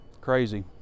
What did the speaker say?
crazy